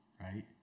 right